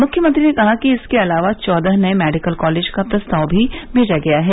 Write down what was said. मुख्यमंत्री ने कहा कि इसके अलावा चौदह नए मेडिकल कॉलेज का प्रस्ताव भी मेजा गया है